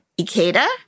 Ikeda